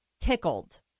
tickled